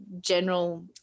general